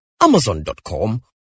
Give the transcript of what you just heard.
amazon.com